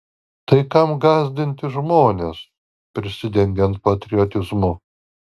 tai kam gąsdinti žmones prisidengiant patriotizmu